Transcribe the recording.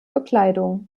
bekleidung